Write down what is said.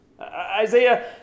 Isaiah